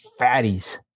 fatties